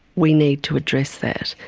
we need to address that.